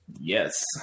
Yes